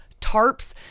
tarps